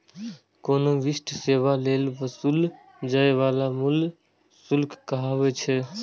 कोनो विशिष्ट सेवा लेल वसूलल जाइ बला मूल्य शुल्क कहाबै छै